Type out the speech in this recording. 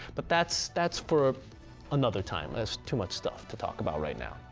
but, that's, that's for another time, that's too much stuff to talk about right now.